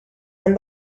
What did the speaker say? and